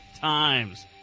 times